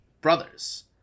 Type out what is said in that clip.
Brothers